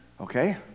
Okay